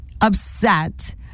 upset